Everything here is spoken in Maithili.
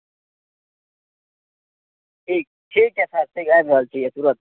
ठीक ठीक छै सर हैया आबि रहल छी हैया तुरन्त